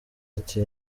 ati